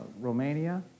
Romania